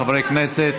חברי הכנסת.